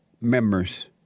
members